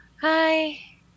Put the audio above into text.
Hi